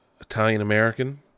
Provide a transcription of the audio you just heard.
Italian-American